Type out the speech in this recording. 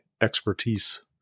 expertise